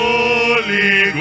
Holy